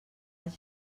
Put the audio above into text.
els